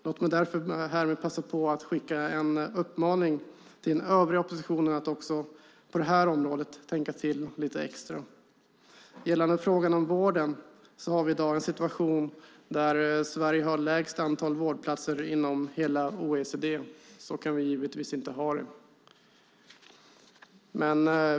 Låt mig härmed passa på att skicka en uppmaning till den övriga oppositionen att också på det här området tänka till lite extra. Gällande frågan om vården har vi i dag en situation där Sverige har lägst antal vårdplatser inom hela OECD. Så kan vi givetvis inte ha det.